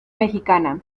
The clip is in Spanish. mexicana